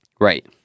Right